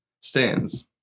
stands